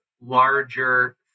larger